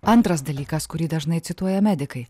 antras dalykas kurį dažnai cituoja medikai